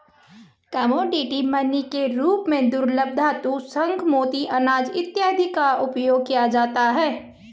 commodity money के रूप में दुर्लभ धातुओं शंख मोती अनाज इत्यादि का उपयोग किया जाता है